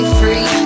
free